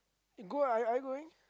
go uh are are you going